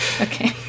Okay